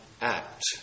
act